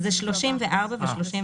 זה "לפי סעיף 34 או לפי סעיף